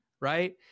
right